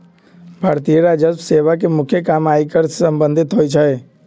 भारतीय राजस्व सेवा के मुख्य काम आयकर से संबंधित होइ छइ